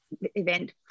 event